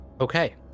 Okay